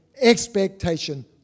expectation